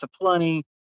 aplenty